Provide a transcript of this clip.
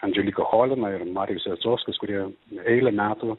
andželika cholina ir marijus jacovskis kurie eilę metų